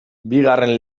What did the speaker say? bigarren